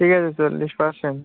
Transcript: ঠিক আছে চল্লিশ পার্সেন্ট